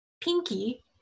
Pinky